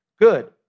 Good